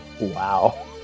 Wow